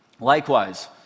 Likewise